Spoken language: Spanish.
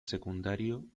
secundario